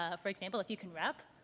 ah for example, if you can rap,